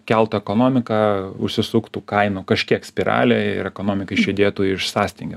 keltų ekonomiką užsisuktų kainų kažkiek spiralę ir ekonomika išjudėtų iš sąstingio